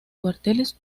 cuarteles